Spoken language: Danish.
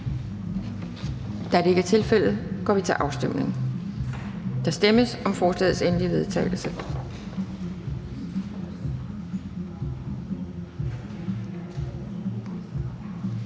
er der ikke. Så går vi til afstemning, og der stemmes om lovforslagets endelige vedtagelse,